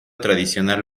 tradicional